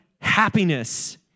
happiness